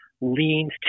leans